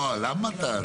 לא, למה אתה אומר.